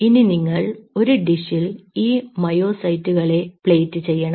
ഇനി നിങ്ങൾ ഒരു ഡിഷിൽ ഈ മയോ സൈറ്റുകളെ പ്ലേറ്റ് ചെയ്യണം